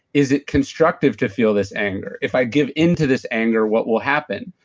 is it constructive to feel this anger? if i give into this anger, what will happen?